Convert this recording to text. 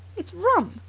it's rum!